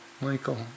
Michael